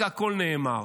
כי הכול נאמר.